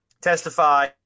testify